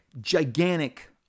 gigantic